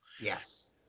yes